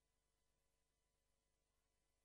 לאן אתם דוחקים אותנו?